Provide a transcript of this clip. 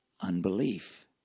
Unbelief